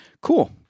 Cool